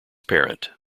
parent